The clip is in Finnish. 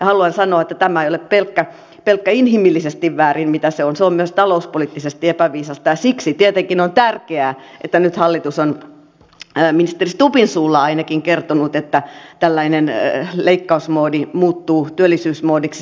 haluan sanoa että tämä ei ole pelkästään inhimillisesti väärin vaan se on myös talouspoliittisesti epäviisasta ja siksi tietenkin on tärkeää että nyt hallitus on ministeri stubbin suulla ainakin kertonut että tällainen leikkausmoodi muuttuu työllisyysmoodiksi